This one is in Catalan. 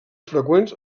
freqüents